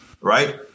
right